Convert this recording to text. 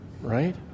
right